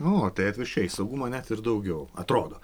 o tai atvirkščiai saugumo net ir daugiau atrodo